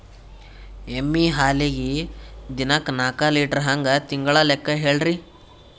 ಎಮ್ಮಿ ಹಾಲಿಗಿ ದಿನಕ್ಕ ನಾಕ ಲೀಟರ್ ಹಂಗ ತಿಂಗಳ ಲೆಕ್ಕ ಹೇಳ್ರಿ?